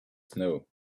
snow